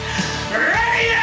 Ready